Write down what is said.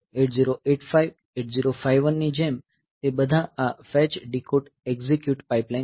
8085 8051ની જેમ તે બધા આ ફેચ ડીકોડ એક્ઝિક્યુટ પાઇપલાઇન કરે છે